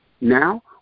now